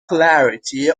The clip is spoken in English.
clarity